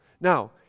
Now